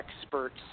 experts